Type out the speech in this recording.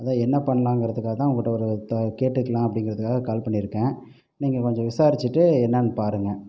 அதுதான் என்ன பண்ணலாங்கிறதுக்காக தான் நான் உங்கள்கிட்ட ஒரு த கேட்டுக்கலாம் அப்படிங்கிறதுக்காக கால் பண்ணியிருக்கேன் நீங்கள் கொஞ்சம் விசாரிச்சுட்டு என்னெனான்னு பாருங்க